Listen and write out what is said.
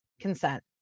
consent